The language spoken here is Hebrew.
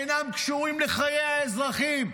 אינם קשורים לחיי האזרחים,